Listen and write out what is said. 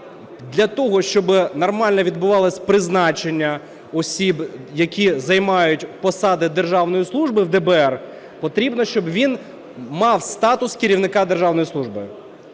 для того, щоб нормально відбувалося призначення осіб, які займають посади державної служби в ДБР, потрібно, щоб він мав статус керівника державної служби.